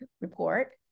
report